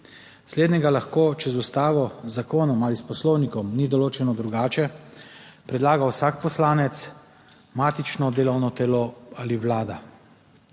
Slednjega lahko, če z ustavo, z zakonom ali s poslovnikom ni določeno drugače, predlaga vsak poslanec, matično delovno telo ali vlada.